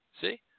See